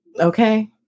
Okay